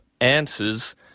answers